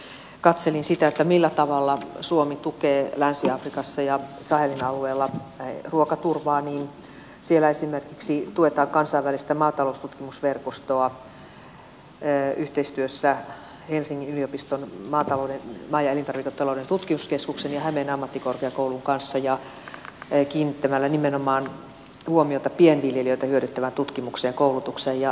kun katselin sitä millä tavalla suomi tukee länsi afrikassa ja sahelin alueella ruokaturvaa niin siellä esimerkiksi tuetaan kansainvälistä maataloustutkimusverkostoa yhteistyössä helsingin yliopiston maa ja elintarviketalouden tutkimuskeskuksen ja hämeen ammattikorkeakoulun kanssa ja kiinnittämällä huomiota nimenomaan pienviljelijöitä hyödyttävään tutkimukseen ja koulutukseen